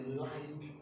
light